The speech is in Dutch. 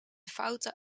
foute